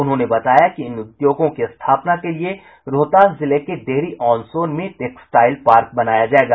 उन्होंने बताया कि इन उद्योगों की स्थापना के लिये रोहतास जिले के डेहरी ऑन सोन में टेक्सटाइल पार्क बनाया जायेगा